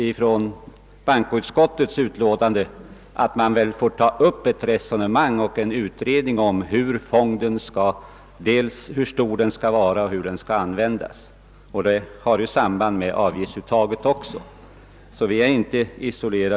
I bankoutskottets utlåtande sägs att man bör utreda dels hur stor fonden skall vara, dels hur den skall användas. Detta har även samband med avgiftsuttaget.